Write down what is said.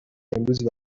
امروز